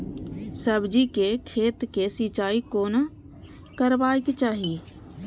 सब्जी के खेतक सिंचाई कोना करबाक चाहि?